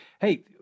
Hey